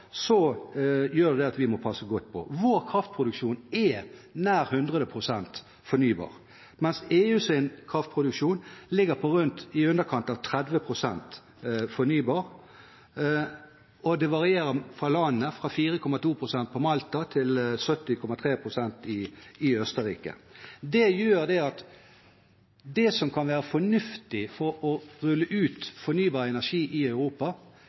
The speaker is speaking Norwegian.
så gjør jo det at vi må passe godt på. Vår kraftproduksjon er nær 100 pst. fornybar, mens EUs kraftproduksjon ligger på i underkant av 30 pst. fornybar, og det varierer mellom landene – fra 4,2 pst. på Malta til 70,3 pst. i Østerrike. Det gjør at det som kan være fornuftig for å rulle ut fornybar energi i Europa,